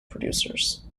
producers